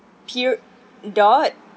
peered dot